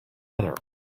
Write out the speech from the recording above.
other